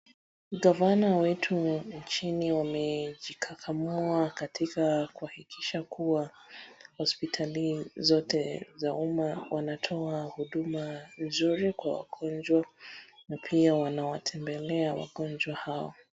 Gavana wetu nchin wamejikakamua katika kuhakikisha kuwa hospitali zote za umma wanatoa huduma nzuri kwa wagonjwa, na pia wanawatembelea wagonjwa hao.